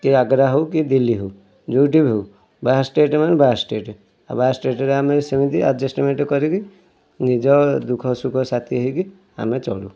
କି ଆଗ୍ରା ହେଉ କି ଦିଲ୍ଲୀ ହେଉ ଯେଉଁଠି ବି ହେଉ ବାହାର ଷ୍ଟେଟ୍ ମାନେ ବାହାର ଷ୍ଟେଟ୍ ଆଉ ବାହାର ଷ୍ଟେଟ୍ ରେ ଆମେ ସେମିତି ଆଡ଼ଜଷ୍ଟମେଣ୍ଟ୍ କରିକି ନିଜ ଦୁଃଖ ସୁଖ ସାଥି ହୋଇକି ଆମେ ଚଳୁ